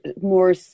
more